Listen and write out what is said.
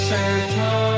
Santa